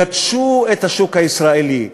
גדשו את השוק הישראלי,